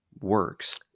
works